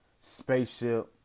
Spaceship